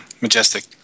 Majestic